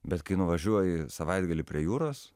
bet kai nuvažiuoji savaitgalį prie jūros